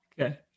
Okay